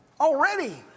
already